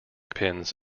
pins